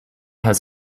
has